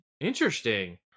interesting